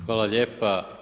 Hvala lijepa.